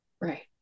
Right